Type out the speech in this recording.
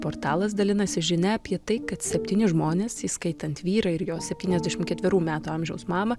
portalas dalinasi žinia apie tai kad septyni žmonės įskaitant vyrą ir jo septynaisdešim ketverių metų amžiaus mamą